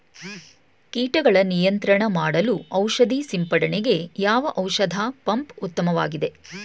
ಕೀಟಗಳ ನಿಯಂತ್ರಣ ಮಾಡಲು ಔಷಧಿ ಸಿಂಪಡಣೆಗೆ ಯಾವ ಔಷಧ ಪಂಪ್ ಉತ್ತಮವಾಗಿದೆ?